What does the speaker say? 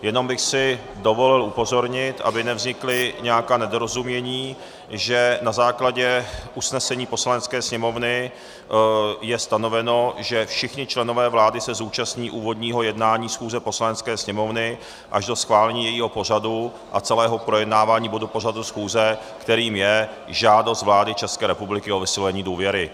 Jenom bych si dovolil upozornit, aby nevznikla nějaká nedorozumění, že na základě usnesení Poslanecké sněmovny je stanoveno, že všichni členové vlády se zúčastní úvodního jednání schůze Poslanecké sněmovny až do schválení jejího pořadu a celého projednávání bodu pořadu schůze, kterým je žádost vlády České republiky o vyslovení důvěry.